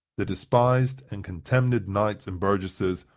the despised and contemned knights and burgesses,